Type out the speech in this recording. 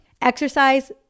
Exercise